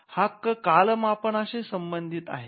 हा हक्क कालमापनाशी संबधित आहे